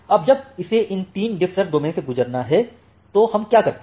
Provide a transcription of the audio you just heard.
अब जब इसे इन तीन डिफ्फसर्व डोमेन से गुजरना है तो हम क्या करते हैं